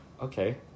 Okay